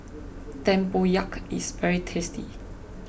Tempoyak is very tasty